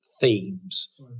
Themes